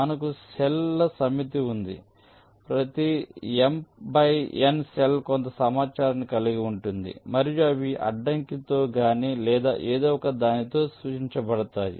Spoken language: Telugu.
కాబట్టి మనకు సెల్ ల సమితి ఉంది ప్రతి m బై n సెల్ కొంత సమాచారాన్ని కలిగి ఉంటుంది మరియు అవి అడ్డంకి తో గాని లేదా ఏదో ఒక దానితో సూచించబడతాయి